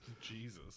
jesus